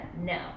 No